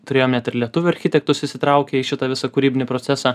turėjom net ir lietuvių architektus įsitraukę į šitą visą kūrybinį procesą